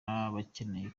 abakeneye